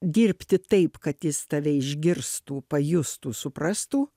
dirbti taip kad jis tave išgirstų pajustų suprastų